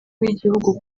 bw’igihugu